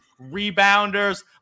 rebounders